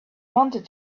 wanted